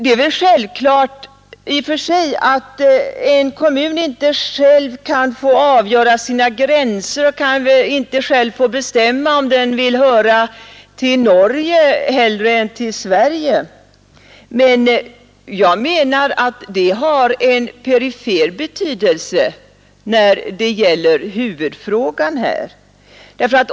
Det är väl i och för sig självklart att en kommun inte själv kan få avgöra sina gränser och inte själv kan få bestämma om den hellre vill höra till Norge än till Sverige. Men det har en perifer betydelse i huvudfrågan.